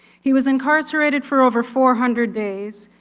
he was incarcerated for over four hundred days,